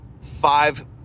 five